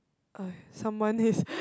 uh someone is